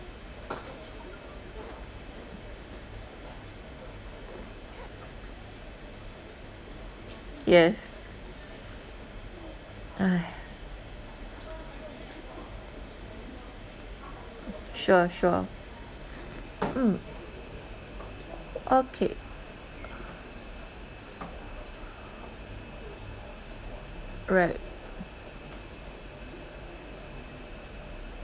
yes !hais! sure sure mm okay right